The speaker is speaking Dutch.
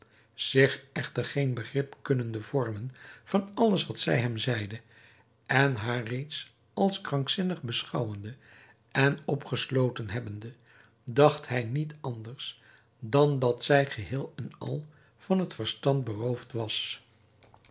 zich echter geen begrip kunnende vormen van alles wat zij hem zeide en haar reeds als krankzinnig beschouwende en opgesloten hebbende dacht hij niet anders dan dat zij geheel en al van het verstand beroofd was